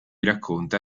racconta